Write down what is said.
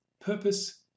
Purpose